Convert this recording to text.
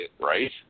right